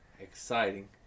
exciting